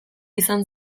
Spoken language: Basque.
izan